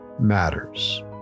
matters